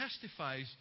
testifies